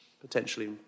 potentially